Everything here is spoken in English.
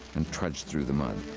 and trudged through the mud.